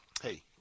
hey